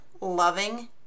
loving